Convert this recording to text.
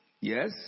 Yes